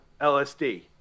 lsd